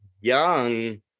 young